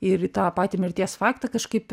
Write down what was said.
ir į tą patį mirties faktą kažkaip